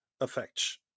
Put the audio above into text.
effects